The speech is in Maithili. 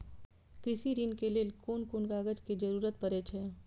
कृषि ऋण के लेल कोन कोन कागज के जरुरत परे छै?